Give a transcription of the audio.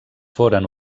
foren